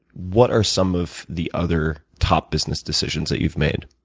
what are some of the other top business decisions that you've made?